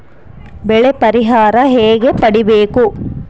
ಬೆಳೆ ಪರಿಹಾರ ಹೇಗೆ ಪಡಿಬೇಕು?